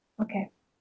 okay